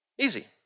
Easy